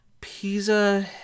pisa